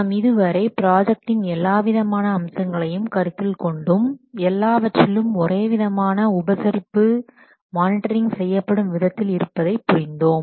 நாம் இதுவரை ப்ராஜெக்டின் எல்லாவிதமான அம்சங்களையும் கருத்தில் கொண்டும் எல்லாவற்றிலும் ஒரே விதமான உபசரிப்பு மானிட்டர்ரிங் செய்யப்படும் விதத்தில் இருப்பதை புரிந்தோம்